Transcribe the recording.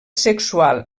sexual